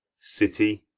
city,